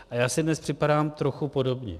A já si dnes připadám trochu podobně.